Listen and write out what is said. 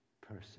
person